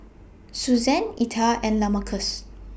Susann Etha and Lamarcus